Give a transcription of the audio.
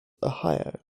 ohio